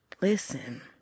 listen